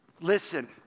listen